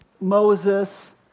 Moses